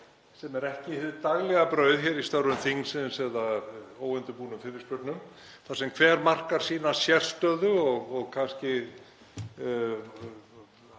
sem er ekki hið daglega brauð í störfum þingsins eða í óundirbúnum fyrirspurnum, þar sem hver markar sína sérstöðu og kemur